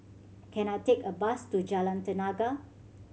can I take a bus to Jalan Tenaga